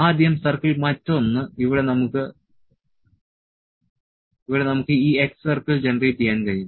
ആദ്യം സർക്കിൾ മറ്റൊന്ന് ഇവിടെ നമുക്ക് ഈ x സർക്കിൾ ജനറേറ്റ് ചെയ്യാൻ കഴിയും